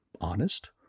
Honest